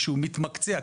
שמתמקצע,